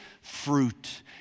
fruit